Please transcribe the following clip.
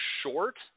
short